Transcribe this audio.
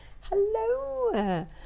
hello